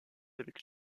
avec